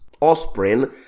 offspring